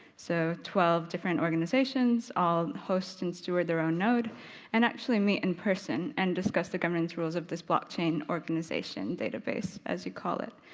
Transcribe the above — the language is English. so twelve different organisations all host and steward their own node and actually meet in person and discuss the governance rules of this blockchain organisation database as you call it.